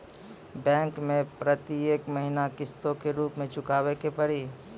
Bank मैं प्रेतियेक महीना किस्तो के रूप मे चुकाबै के पड़ी?